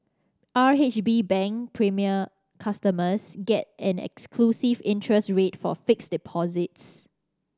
R H B Bank Premier customers get an exclusive interest rate for fixed deposits